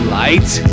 light